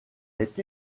est